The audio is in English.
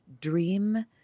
dream